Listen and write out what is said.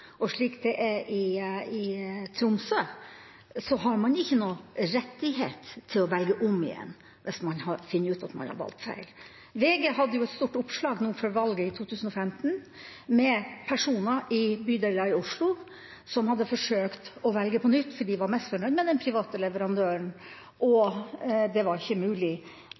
og slik det er i Tromsø, har man ikke noen rettighet til å velge om igjen hvis man finner ut at man har valgt feil. VG hadde et stort oppslag før valget i 2015 med personer i bydeler i Oslo som hadde forsøkt å velge på nytt fordi de var misfornøyd med den private leverandøren, men det var ikke mulig.